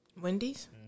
Wendy's